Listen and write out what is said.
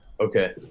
Okay